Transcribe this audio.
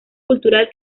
cultural